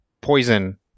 poison